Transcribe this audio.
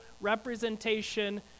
representation